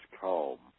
calm